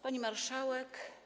Pani Marszałek!